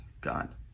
god